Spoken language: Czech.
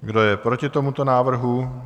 Kdo je proti tomuto návrhu?